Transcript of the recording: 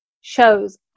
shows